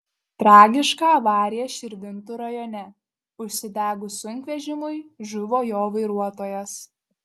tragiška avarija širvintų rajone užsidegus sunkvežimiui žuvo jo vairuotojas